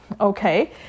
okay